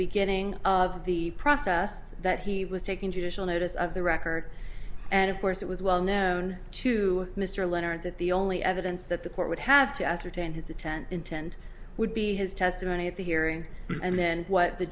beginning of the process that he was taking judicial notice of the record and of course it was well known to mr leonard that the only evidence that the court would have to ascertain his the ten intent would be his testimony at the hearing and then what the